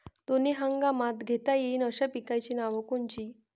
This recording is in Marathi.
दोनी हंगामात घेता येईन अशा पिकाइची नावं कोनची?